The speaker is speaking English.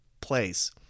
Place